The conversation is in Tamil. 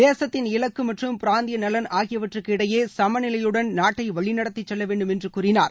தேசத்தின் இலக்கு மற்றும் பிராந்திய நலன் ஆகியவற்றுக்கு இடையே சமநிலையுடன் நாட்டை வழிநடத்தி செல்ல வேண்டும் என்று கூறினார்